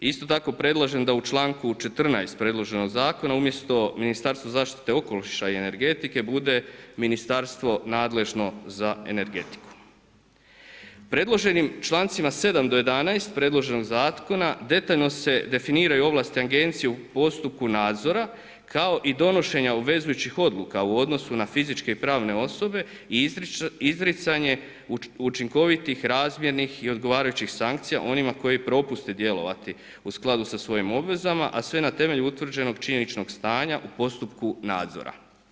Isto tako predlažem da u članku 14. predloženog zakona umjesto „Ministarstvo zaštite okoliša i energetike“ bude „Ministarstvo nadležno za energetiku.“ Predloženim člancima 7. do 11. predloženog zakona detaljno se definiraju ovlasti agencije u postupku nadzora kao i donošenja obvezujućih odluka u odnosu na fizičke i pravne osobe i izricanje učinkovitih razmjernih i odgovarajućih sankcija onima koji propuste djelovati u skladu sa svojim obvezama a sve na temelju utvrđenog činjeničnog stanja u postupku nadzora.